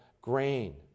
grain